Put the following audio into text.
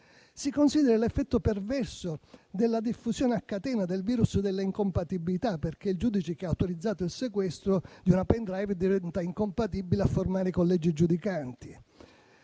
Si consideri l'effetto perverso della diffusione a catena del virus delle incompatibilità, perché il giudice che ha autorizzato il sequestro di una *pen drive* diventa incompatibile a formare i collegi giudicanti.